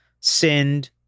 sinned